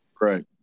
Right